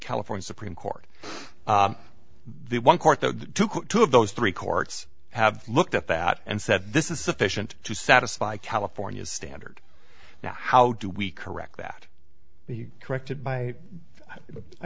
california supreme court the one court that took two of those three courts have looked at that and said this is sufficient to satisfy california's standard how do we correct that he corrected by i